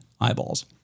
eyeballs